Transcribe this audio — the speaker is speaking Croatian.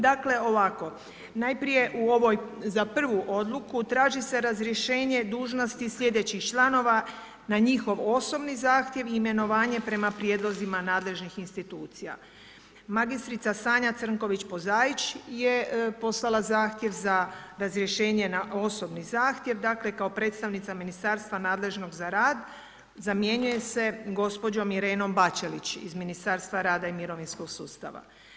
Dakle ovako najprije u ovoj za prvu odluku, traži se razrješenje dužnosti sljedećih članova na njihov osobni zahtjev i imenovanje prema prijedlozima nadležnih institucija, mr. Sanja Crnković Pozaić je poslala zahtjev za razrješenje na osobni zahtjev, dakle kao predstavnica ministarstva nadležnog za rad zamjenjuje se gospođom Irenom BAčelić iz Ministarstva rada i mirovinskog sustava.